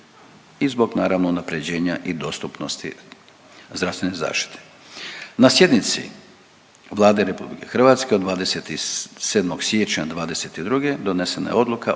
i zbog naravno unapređenja i dostupnosti zdravstvene zaštite. Na sjednici Vlade RH od 27. siječnja '22. donesena je odluka